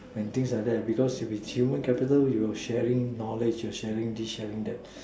and things like that because you in human capital you will sharing knowledge sharing things like that